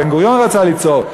בן-גוריון רצה ליצור,